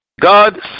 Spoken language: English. God